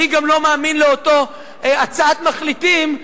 אני גם לא מאמין לאותה הצעת מחליטים,